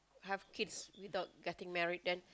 have kids without getting married then